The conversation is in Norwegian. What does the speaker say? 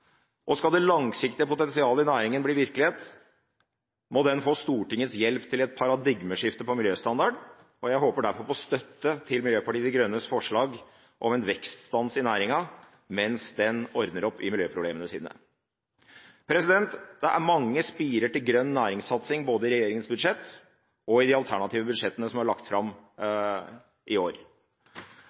og skal det langsiktige potensialet i næringen bli virkelighet, må den få Stortingets hjelp til et paradigmeskifte på miljøstandarden. Jeg håper derfor på støtte til Miljøpartiet De Grønnes forslag om en vekststans i næringen mens den ordner opp i miljøproblemene. Det er mange spirer til grønn næringssatsing både i regjeringens budsjett og i de alternative budsjettene som er lagt fram i år.